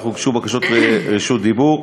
אך הוגשו בקשות רשות דיבור.